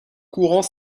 courant